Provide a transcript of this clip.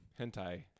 Hentai